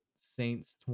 Saints